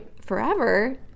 forever